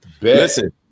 listen